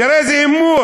תראה איזה הימור.